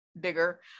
bigger